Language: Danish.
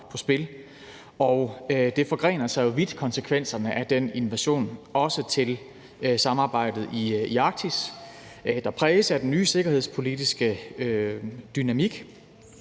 forgrener sig vidt af den invasion, også til samarbejdet i Arktis, der præges af den nye sikkerhedspolitiske dynamik,